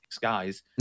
guys